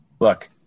look